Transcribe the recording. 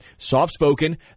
Soft-spoken